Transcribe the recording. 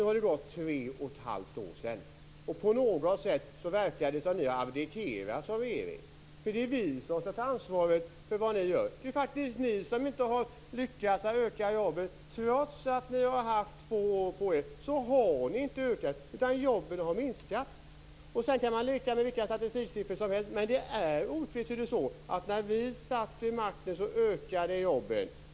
Nu har det gått tre och ett halvt år, och på något sätt verkar det som om ni har abdikerat som regering. Det är ju vi som skall ta ansvaret för vad ni gör. Det är faktiskt ni som inte har lyckats öka jobben. Trots att ni har haft två år på er har ni inte ökat dem, utan jobben har minskat. Sedan kan man leka med vilka statistiksiffror som helst, men det är otvetydigt så att när vi satt vid makten ökade jobben.